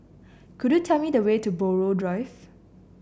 could you tell me the way to Buroh Drive